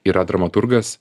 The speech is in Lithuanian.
yra dramaturgas